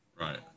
Right